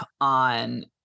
on